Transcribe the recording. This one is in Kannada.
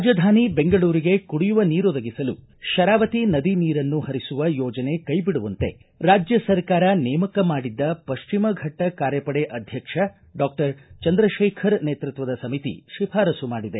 ರಾಜಧಾನಿ ಬೆಂಗಳೂರಿಗೆ ಕುಡಿಯುವ ನೀರೊದಗಿಸಲು ಶರಾವತಿ ನದಿ ನೀರನ್ನು ಹರಿಸುವ ಯೋಜನೆ ಕೈಬಿಡುವಂತೆ ರಾಜ್ಯ ಸರ್ಕಾರ ನೇಮಕ ಮಾಡಿದ್ದ ಪಶ್ಚಿಮಘಟ್ಟ ಕಾರ್ಯಪಡೆ ಅಧ್ಯಕ್ಷ ಡಾಕ್ಟರ್ ಚಂದ್ರಶೇಖರ ನೇತೃತ್ವದ ಸಮಿತಿ ಶಿಫಾರಸು ಮಾಡಿದೆ